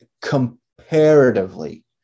comparatively